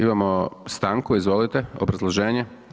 Imamo stanku, izvolite, obrazloženje.